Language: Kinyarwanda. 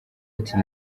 ati